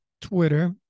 Twitter